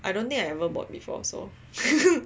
I don't think I ever bought before also